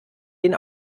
den